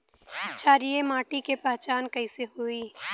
क्षारीय माटी के पहचान कैसे होई?